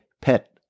pet